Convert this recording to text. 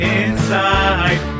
inside